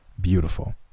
beautiful